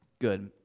good